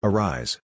Arise